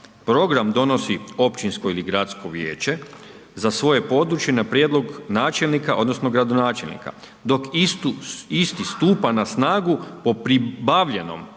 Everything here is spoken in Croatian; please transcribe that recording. program donosi općinsko ili gradsko vijeće za svoje područje na prijedlog načelnika odnosno gradonačelnika dok isto stupa na snagu po pribavljenom